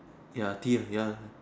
ya tea ya